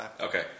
Okay